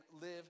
live